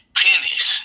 pennies